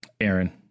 Aaron